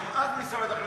גם אז משרד החינוך צריך,